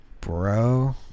Bro